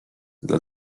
dla